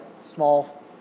Small